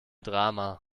drama